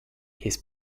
his